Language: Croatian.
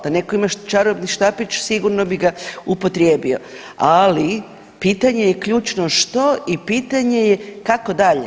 Da netko ima čarobni štapić sigurno bi ga upotrijebio, ali pitanje je ključno što i pitanje je kako dalje?